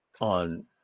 on